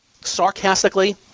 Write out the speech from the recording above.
sarcastically